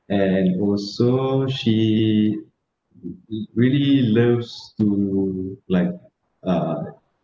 and also she really loves to like uh